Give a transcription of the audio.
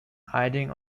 einigen